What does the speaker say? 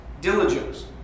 diligence